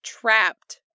trapped